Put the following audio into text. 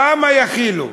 כמה יכילו?